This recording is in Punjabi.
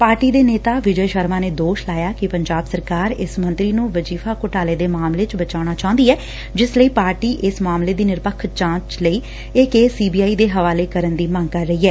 ਪਾਰਟੀ ਦੇ ਨੇਤਾ ਵਿਜੇ ਸ਼ਰਮਾ ਨੇ ਦੋਸ਼ ਲਾਇਆ ਕਿ ਪੰਜਾਬ ਸਰਕਾਰ ਇਸ ਮੰਤਰੀ ਨੂੰ ਵਜ਼ੀਫ਼ਾ ਘੁਟਾਲੇ ਦੇ ਮਾਮਲੇ ਚ ਬਚਾਉਣਾ ਚਾਹੁੰਦੀ ਏ ਜਿਸ ਲਈ ਪਾਰਟੀ ਇਸ ਮਾਮਲੇ ਦੀ ਨਿਰਪੱਖ ਜਾਂਚ ਲਈ ਇਹ ਕੇਸ ਸੀ ਬੀ ਆਈ ਦੇ ਹਵਾਲੇ ਕਰਨ ਦੀ ਮੰਗ ਕਰ ਰਹੀ ਏ